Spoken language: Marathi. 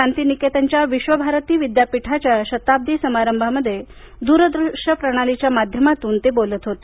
शांतीनिकेतनच्या विश्वभारती विद्यापीठाच्या शताब्दी समारंभामध्ये दूरदृश्य प्रणालीच्या माध्यमातून ते बोलत होते